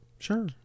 Sure